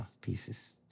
pieces